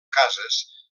cases